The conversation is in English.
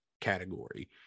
category